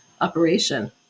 operation